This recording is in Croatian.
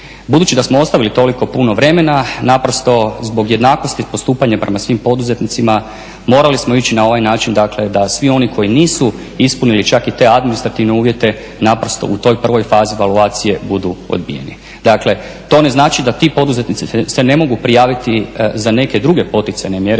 Budući da smo ostavili toliko puno vremena naprosto zbog jednakosti postupanja prema svim poduzetnicima morali smo ići na ovaj način dakle da svi oni koji nisu ispunili čak i te administrativne uvjete naprosto u toj prvoj fazi …/Govornik se ne razumije./… budu odbijeni. Dakle, to ne znači da ti poduzetnici se ne mogu prijaviti za neke druge poticajne mjere,